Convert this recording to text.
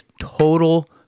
total